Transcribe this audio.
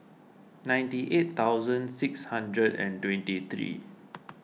ninety eight thousand six hundred and twenty three